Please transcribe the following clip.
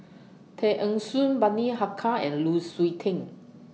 Tay Eng Soon Bani Haykal and Lu Suitin